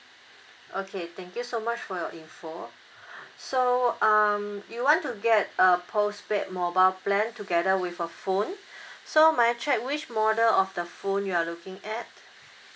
okay thank you so much for your information so um you want to get a post paid mobile plan together with a phone so may I check which model of the phone you are looking at